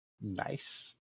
nice